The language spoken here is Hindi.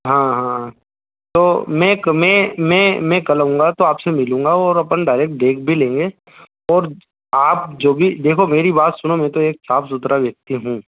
हाँ हाँ तो मैं मैं मैं मैं कल आऊँगा तो आपसे मिलूँगा और अपन डायरेक्ट देख भी लेंगे और आप जो भी देखो मेरी बात सुनो मैं तो एक साफ़ सुथरा व्यक्ति हूँ